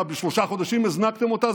מה, בשלושה חודשים הזנקתם אותה?